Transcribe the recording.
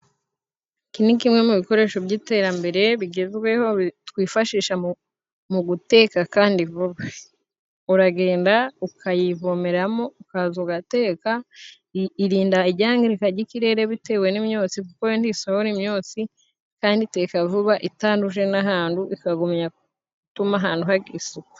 Iki ni kimwe mu bikoresho by'iterambere bigezweho twifashisha mu guteka kandi vuba. Uragenda ukayivomeramo, ukaza ugateka irinda iryangirika ry'ikirere bitewe n'imyotsi, kuko ntisohora imyotsi kandi iteka vuba itanduje n'ahantu, ikagumya gutuma ahantu hagira isuku.